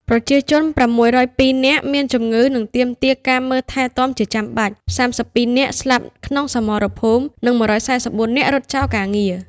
ប្រជាជន ៦០២នាក់មានជំងឺ និងទាមទារការមើលថែទាំជាចំបាច់ ៣២នាក់ស្លាប់ក្នុងសមរភូមិ និង១៤៤នាក់រត់ចោលការងារ។